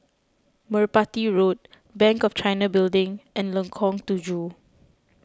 Merpati Road Bank of China Building and Lengkong Tujuh